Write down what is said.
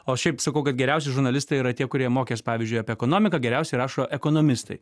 o šiaip sakau kad geriausi žurnalistai yra tie kurie mokės pavyzdžiui apie ekonomiką geriausiai rašo ekonomistai